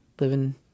living